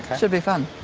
should be fun.